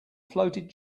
floated